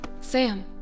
Sam